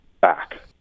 back